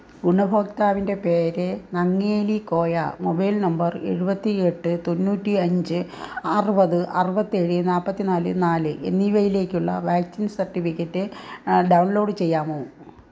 ഗുണഭോക്താവിന്റെ പേര് Nangeli Koya mobile number എഴുപത്തി എട്ട് തൊണ്ണൂറ്റി അഞ്ച് അറുപത് അറുപത്തേഴ് നാൽപ്പത്തി നാല് നാല് എന്നിവയിലേക്കുള്ള വാക്സിൻ സർട്ടിഫിക്കറ്റ് ഡൗൺ ലോഡ് ചെയ്യാമോ